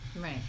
Right